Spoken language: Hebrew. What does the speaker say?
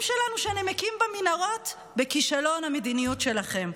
שלנו שנמקים במנהרות בכישלון המדיניות שלכם.